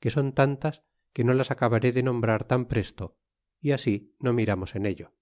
que son tantas que no las acabaré de nombrar tan presto y así no miramos en ello